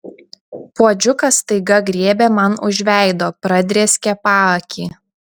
puodžiukas staiga griebė man už veido pradrėskė paakį